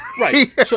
Right